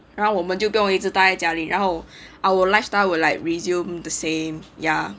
不然我们就不用一直呆在家里然后 our lifestyle will like resumed the same ya